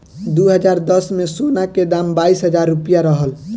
दू हज़ार दस में, सोना के दाम बाईस हजार रुपिया रहल